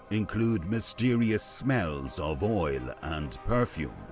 include mysterious smells of oil and perfume.